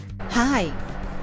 Hi